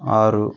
ಆರು